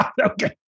Okay